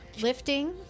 lifting